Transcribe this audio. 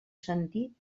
sentit